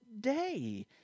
day